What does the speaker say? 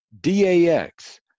DAX